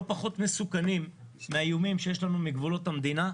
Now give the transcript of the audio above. פחות מסוכנים מהאיומים שיש לנו מגבולות המדינה,